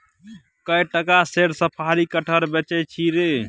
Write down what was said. कए टका सेर साफरी कटहर बेचय छी रे